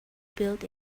built